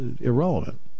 Irrelevant